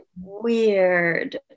weird